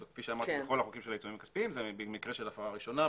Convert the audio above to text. החוקים של העיצומים הכספיים: במקרה של הפרה ראשונה,